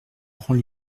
grand